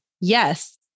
yes